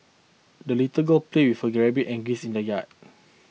the little girl played with her rabbit and geese in the yard